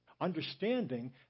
Understanding